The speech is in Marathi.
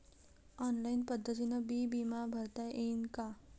ऑनलाईन पद्धतीनं बी बिमा भरता येते का?